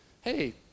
Hey